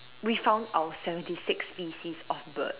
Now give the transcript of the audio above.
we found our seventy sixth species of bird